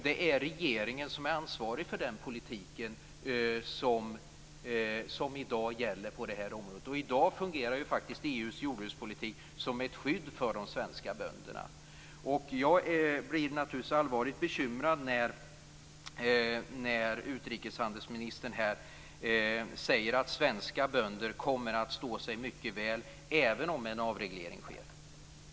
Det är regeringen som är ansvarig för den politik som i dag gäller på det här området. I dag fungerar faktiskt EU:s jordbrukspolitik som ett skydd för de svenska bönderna. Jag blir naturligtvis allvarligt bekymrad när utrikeshandelsministern här säger att svenska bönder kommer att stå sig mycket väl även om en avreglering sker.